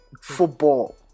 Football